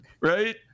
Right